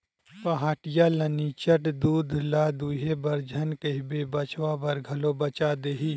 पहाटिया ल निच्चट दूद ल दूहे बर झन कहिबे बछवा बर घलो बचा देही